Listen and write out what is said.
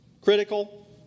critical